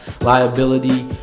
liability